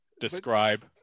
describe